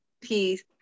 peace